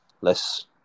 Less